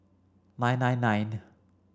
nine nine nine